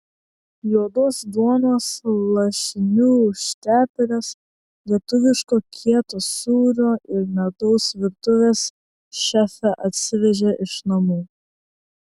juodos duonos lašinių užtepėlės lietuviško kieto sūrio ir medaus virtuvės šefė atsivežė iš namų